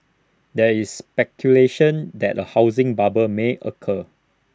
there is speculation that A housing bubble may occur